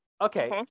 okay